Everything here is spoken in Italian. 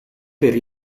per